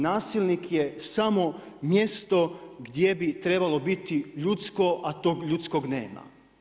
Nasilnik je samo mjesto gdje bi trebalo biti ljudsko, a to ljudskog nema.